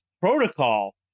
protocol